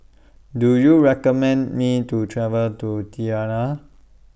Do YOU recommend Me to travel to Tirana